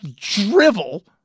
drivel